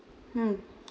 hmm